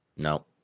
No